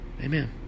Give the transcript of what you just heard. Amen